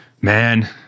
man